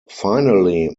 finally